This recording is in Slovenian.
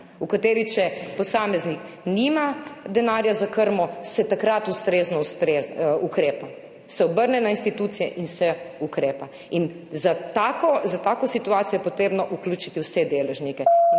v kateri, če posameznik nima denarja za krmo, se takrat ustrezno ukrepa, se obrne na institucije in se ukrepa in za tako, za tako situacijo je potrebno vključiti vse deležnike.